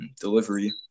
delivery